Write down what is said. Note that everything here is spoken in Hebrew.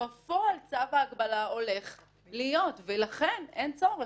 בפועל צו ההגבלה הולך להיות, ולכן אין צורך.